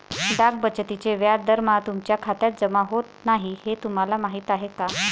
डाक बचतीचे व्याज दरमहा तुमच्या खात्यात जमा होत नाही हे तुम्हाला माहीत आहे का?